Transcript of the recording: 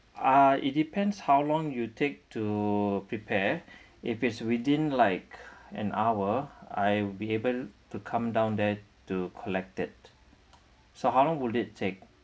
ah it depends how long you take to prepare if it's within like an hour I'll be able to come down there to collect it so how long will it take